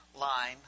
line